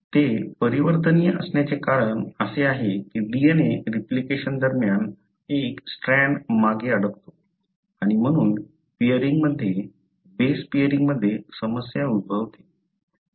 ते परिवर्तनीय असण्याचे कारण असे आहे की DNA रिप्लिकेशन दरम्यान एक स्ट्रँड मागे अडकतो आणि म्हणून पेअरिंग मध्ये बेस पेअरिंग मध्ये समस्या उद्भवते